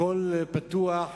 הכול פתוח,